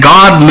God